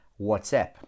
whatsapp